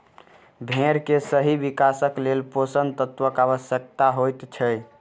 भेंड़ के सही विकासक लेल पोषण तत्वक आवश्यता होइत छै